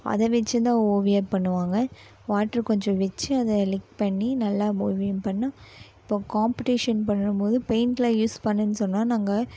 அதை வெச்சு தான் ஓவியம் பண்ணுவாங்க வாட்ரு கொஞ்சம் வெச்சு அதை லிக் பண்ணி நல்லா ஓவியம் பண்ணால் இப்போ காம்பெடிஷன் பண்ணும்மோது பெயிண்ட்டெலாம் யூஸ் பண்ணுனு சொன்னால் நாங்கள்